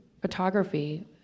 photography